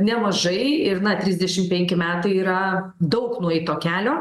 nemažai ir na trisdešim penki metai yra daug nueito kelio